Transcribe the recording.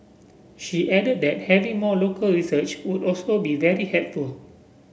she added that having more local research would also be very helpful